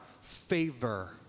favor